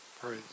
praise